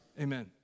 Amen